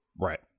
right